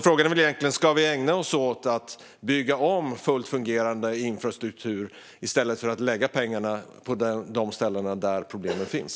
Frågan är väl egentligen: Ska vi ägna oss åt att bygga om fullt fungerande infrastruktur i stället för att lägga pengarna på de ställen där problemen finns?